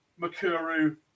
Makuru